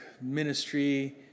ministry